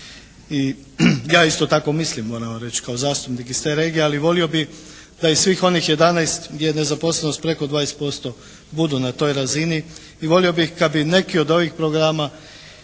ja isto tako mislim moram vam reći kao zastupnik iz te regije, ali volio bih da i svih onih 11 gdje je nezaposlenost preko 20% budu na toj razini i volio bih kad bi neki od ovih program